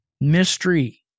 mystery